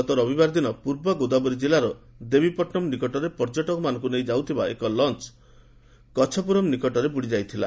ଗତ ରବିବାର ଦିନ ପୂର୍ବ ଗୋଦାବରୀ ଜିଲ୍ଲାର ଦେବୀ ପଟ୍ଟନମ୍ ନିକଟରେ ପର୍ଯ୍ୟଟକମାନଙ୍କୁ ନେଇ ଯାଇଥିବା ଏକ ଲଞ୍ଚ୍ କଚ୍ଚପୁରମ୍ ନିକଟରେ ବୁଡ଼ିଯାଇଥିଲା